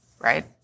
Right